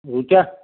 उलट्या